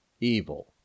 evil